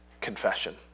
confession